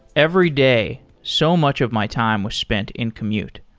every day, so much of my time was spent in commute.